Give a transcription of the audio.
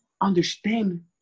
understand